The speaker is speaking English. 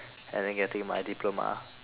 and then getting my diploma